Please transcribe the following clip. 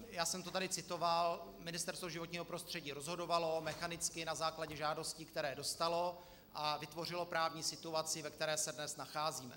Já jsem to tady citoval, Ministerstvo životního prostředí rozhodovalo mechanicky na základě žádostí, které dostalo, a vytvořilo právní situaci, ve které se dnes nacházíme.